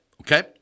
okay